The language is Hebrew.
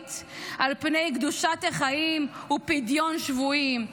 ארעית על פני קדושת החיים ופדיון שבויים,